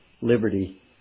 liberty